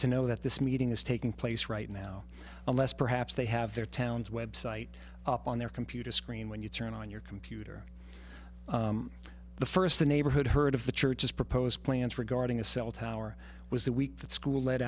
to know that this meeting is taking place right now unless perhaps they have their town's website up on their computer screen when you turn on your computer the first the neighborhood heard of the churches proposed plans regarding a cell tower was that week that school let